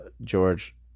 George